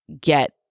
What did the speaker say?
get